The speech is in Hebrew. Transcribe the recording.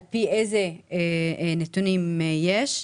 על פי איזה נתונים יש,